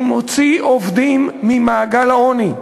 הוא מוציא עובדים ממעגל העוני,